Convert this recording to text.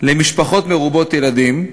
למשפחות מרובות ילדים"